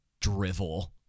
drivel